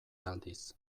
aldiz